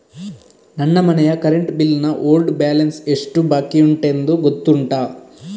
ನನ್ನ ಮನೆಯ current bill ನ ಓಲ್ಡ್ ಬ್ಯಾಲೆನ್ಸ್ ಎಷ್ಟು ಬಾಕಿಯುಂಟೆಂದು ಗೊತ್ತುಂಟ?